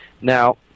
Now